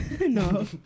No